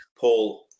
Paul